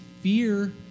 fear